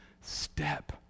step